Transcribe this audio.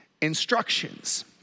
instructions